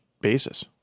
basis